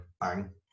Bang